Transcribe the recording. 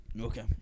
Okay